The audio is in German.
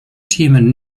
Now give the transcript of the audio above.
themen